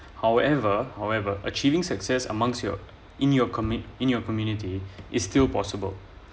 however however achieving success amongst your in your commit~ in your community is still possible